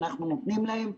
אנחנו נותנים להם.